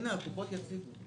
הנה, הקופות יציגו.